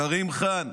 כרים קאן,